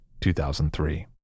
2003